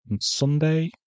Sunday